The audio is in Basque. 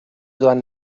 doan